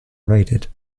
raided